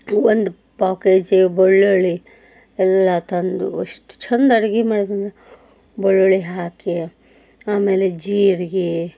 ಒಂದು ಪಾವು K G ಬಳ್ಳುಳ್ಳಿ ಎಲ್ಲ ತಂದು ಅಷ್ಟು ಚೆಂದ ಅಡ್ಗೆ ಮಾಡಿದ್ದೀನ ಬೆಳ್ಳುಳ್ಳಿ ಹಾಕಿ ಆಮೇಲೆ ಜೀರ್ಗೆ